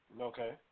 Okay